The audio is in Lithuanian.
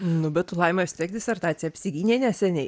nu bet tu laima vis tiek disertaciją apsigynei neseniai